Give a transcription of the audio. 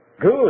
good